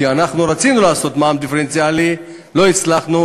כי אנחנו רצינו לעשות מע"מ דיפרנציאלי ולא הצלחנו,